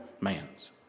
man's